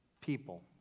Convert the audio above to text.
people